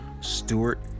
Stewart